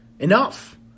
Enough